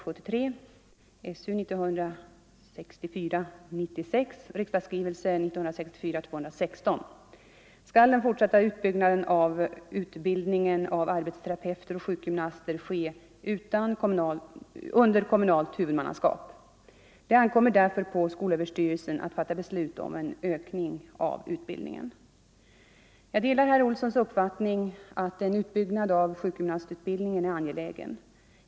Jag delar herr Olssons uppfattning att en utbyggnad av sjukgymnast HU utbildningen är angelägen.